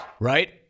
Right